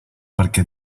perquè